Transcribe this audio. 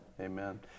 Amen